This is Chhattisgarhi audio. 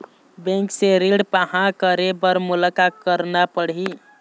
बैंक से ऋण पाहां करे बर मोला का करना पड़ही?